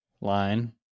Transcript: line